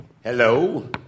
Hello